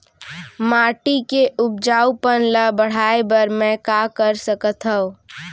माटी के उपजाऊपन ल बढ़ाय बर मैं का कर सकथव?